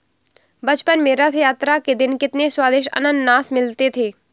बचपन में रथ यात्रा के दिन कितने स्वदिष्ट अनन्नास मिलते थे